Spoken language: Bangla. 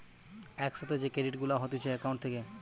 এক সাথে যে ক্রেডিট গুলা হতিছে একাউন্ট থেকে